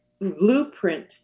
blueprint